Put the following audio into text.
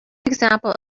example